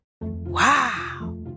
Wow